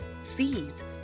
sees